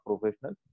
professional